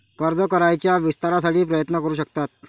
कर्ज कराराच्या विस्तारासाठी प्रयत्न करू शकतात